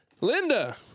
linda